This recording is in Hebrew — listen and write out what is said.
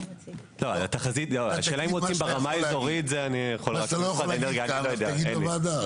מה שאתה לא יכול להגיד כאן, תגיד בוועדה.